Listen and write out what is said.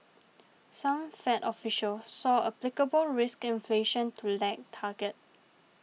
some Fed officials saw applicable risk inflation to lag target